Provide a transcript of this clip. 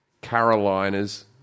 Carolinas